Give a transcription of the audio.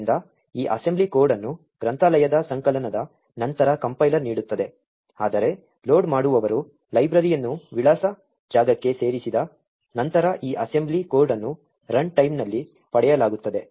ಆದ್ದರಿಂದ ಈ assembly code ಅನ್ನು ಗ್ರಂಥಾಲಯದ ಸಂಕಲನದ ನಂತರ ಕಂಪೈಲರ್ ನೀಡುತ್ತದೆ ಆದರೆ ಲೋಡ್ ಮಾಡುವವರು ಲೈಬ್ರರಿಯನ್ನು ವಿಳಾಸ ಜಾಗಕ್ಕೆ ಸೇರಿಸಿದ ನಂತರ ಈ ಅಸೆಂಬ್ಲಿ ಕೋಡ್ ಅನ್ನು ರನ್ಟೈಮ್ ನಲ್ಲಿ ಪಡೆಯಲಾಗುತ್ತದೆ